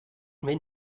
wenn